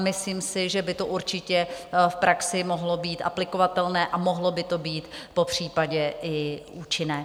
Myslím si, že by to určitě v praxi mohlo být aplikovatelné a mohlo by to být popřípadě i účinné.